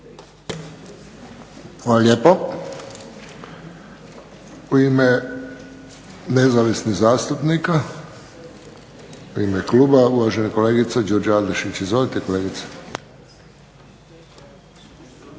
Hvala lijepo. U ime nezavisnih zastupnika, u ime kluba uvažena kolegica Đurđa Adlešić. Izvolite kolegice.